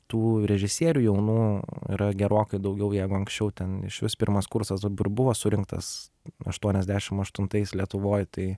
tų režisierių jaunų yra gerokai daugiau jeigu anksčiau ten išvis pirmas kursas buvo surinktas aštuoniasdešim aštuntais lietuvoj tai